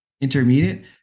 intermediate